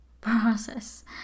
process